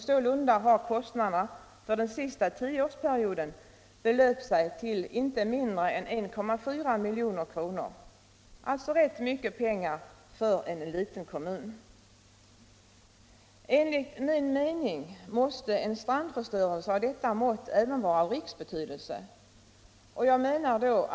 Sålunda har kostnaderna för den sista tioårsperioden belöpt sig till inte mindre än 1,4 milj.kr. — alltså rätt mycket pengar för en liten kommun. Enligt min mening måste en strandförstörelse av dessa mått även vara av riksbetydelse.